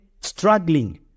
Struggling